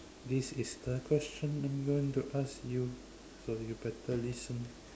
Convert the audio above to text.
this is the question I'm going to ask you so you better listen